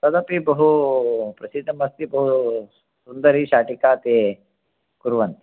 तदपि बहु प्रसिद्धमस्ति बहुसुन्दरी शाटिका ते कुर्वन्ति